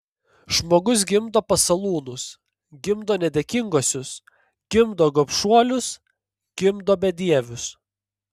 žmogus gimdo pasalūnus gimdo nedėkinguosius gimdo gobšuolius gimdo bedievius